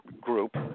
group